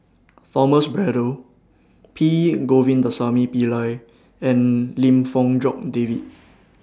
Braddell P Govindasamy Pillai and Lim Fong Jock David